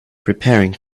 preparing